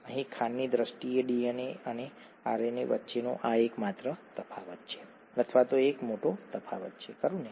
અહીં ખાંડની દ્રષ્ટિએ ડીએનએ અને આરએનએ વચ્ચેનો આ એકમાત્ર તફાવત છે અથવા તે એક મોટો તફાવત છે ખરું ને